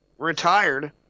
Retired